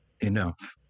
enough